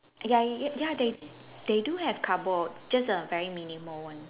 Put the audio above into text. ya y~ ya they they do have carbo just a very minimal one